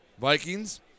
Vikings